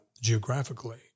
geographically